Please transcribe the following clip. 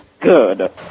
good